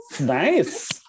nice